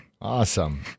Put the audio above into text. Awesome